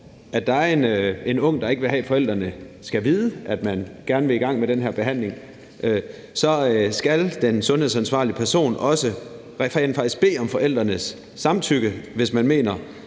at der er en ung, der ikke vil have, at forældrene skal vide, man gerne vil i gang med den her behandling, så skal den sundhedsansvarlige person også rent faktisk bede om forældrenes samtykke, hvis den